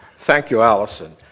thank you, allison.